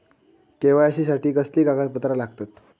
KYC साठी कसली कागदपत्र लागतत?